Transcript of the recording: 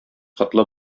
котлы